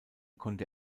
konnte